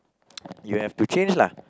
you have to change lah